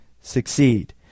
succeed